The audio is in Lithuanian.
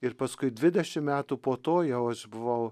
ir paskui dvidešim metų po to jau buvau